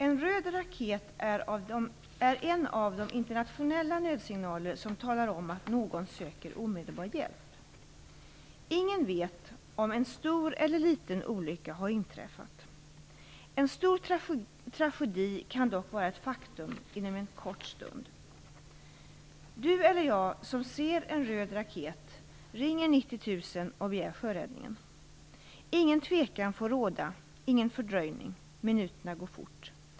"En röd raket är en av de internationella nödsignaler som talar om att någon söker omedelbar hjälp. Ingen vet om en stor eller liten olycka har inträffat. En stor tragedi kan dock vara ett faktum inom en kort stund. Du eller jag som ser en röd raket ringer 90 000 och begär sjöräddningen. Ingen tvekan får råda, ingen fördröjning - minuterna går fort.